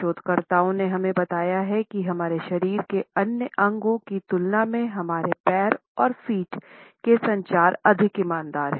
शोधकर्ताओं ने हमें बताया है कि हमारे शरीर के अन्य अंगों की तुलना में हमारे पैर और फ़ीट के संचार अधिक ईमानदार हैं